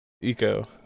Eco